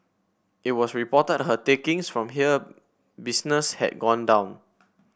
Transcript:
it was reported her takings from here business had gone down